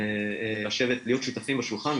לשבת ולהיות שותפים בשולחן,